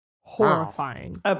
Horrifying